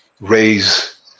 raise